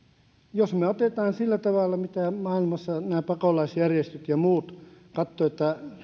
jos me otamme sillä tavalla mitä maailmassa nämä pakolaisjärjestöt ja muut katsovat että